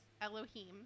Elohim